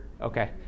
Okay